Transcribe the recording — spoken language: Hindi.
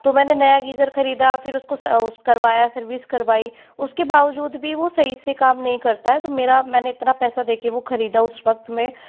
तो मैंने नया गीज़र खरीदा फिर उसको करवाया सर्विस करवायी उसके बावजूद भी वह सही से काम नहीं करता है तो मेरा मैंने इतना पैसा देकर वह ख़रीदा उस वक्त में